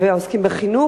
העוסקים בחינוך.